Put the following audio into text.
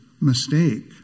mistake